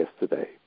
yesterday